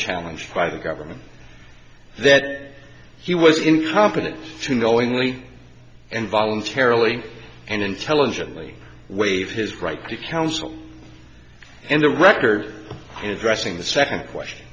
challenged by the government that he was incompetent to knowingly and voluntarily and intelligibly waive his right to counsel and the record is resting the second question